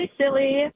silly